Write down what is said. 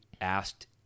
asked